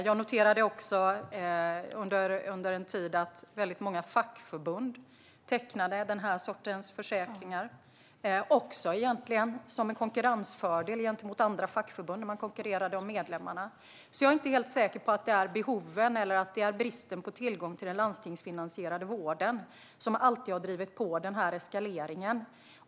Jag noterade också under en tid att väldigt många fackförbund tecknade den här sortens försäkringar, egentligen som en konkurrensfördel gentemot andra fackförbund när man konkurrerade om medlemmarna. Jag är inte helt säker på att det alltid är behoven eller bristen på tillgång till den landstingsfinansierade vården som har drivit på den här eskaleringen.